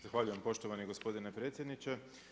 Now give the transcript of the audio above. Zahvaljujem poštovani gospodine predsjedniče.